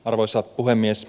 arvoisa puhemies